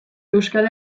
euskal